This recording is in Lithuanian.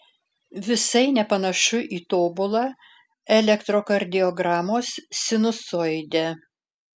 visai nepanašu į tobulą elektrokardiogramos sinusoidę